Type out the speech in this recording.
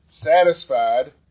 satisfied